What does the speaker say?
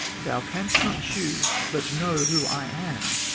thou canst not choose but know who i am.